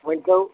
ؤنۍتَو